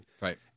Right